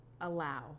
allow